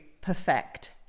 perfect